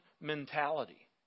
mentality